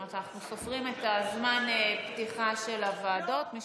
כלומר אנחנו סופרים את זמן הפתיחה של הוועדות מ-08:00.